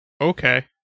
Okay